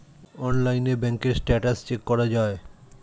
অনলাইনে ব্যাঙ্কের status check করা যায়